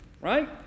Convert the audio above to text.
right